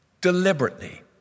deliberately